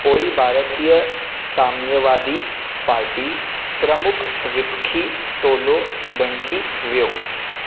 पोइ भारतीय साम्यवादी पार्टी प्रमुख विपखी टोलो बणिजी वियो